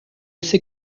sait